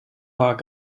war